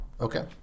Okay